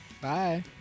Bye